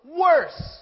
Worse